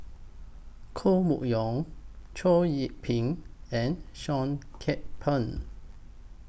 Koh Mun Yong Chow Yian Ping and Seah Kian Peng